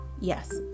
yes